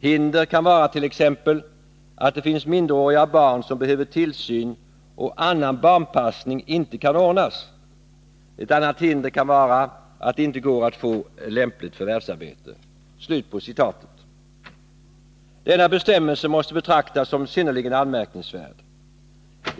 Hinder kan vara t.ex. att det finns minderåriga barn som behöver tillsyn och annan barnpassning inte kan ordnas. Ett annat hinder kan vara att det inte går att få lämpligt förvärvsarbete.” Denna bestämmelse måste betraktas som synnerligen anmärkningsvärd.